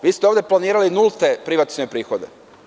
Vi ste ovde planirali nulte privatizacione prihode.